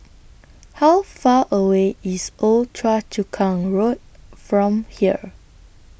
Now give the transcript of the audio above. How Far away IS Old Choa Chu Kang Road from here